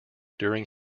during